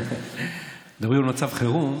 אנחנו מדברים על מצב חירום,